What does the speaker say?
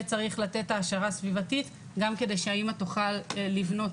וצריך לתת העשרה סביבתית גם כדי שהאמא תוכל לבנות